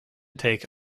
take